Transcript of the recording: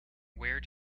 where